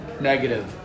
negative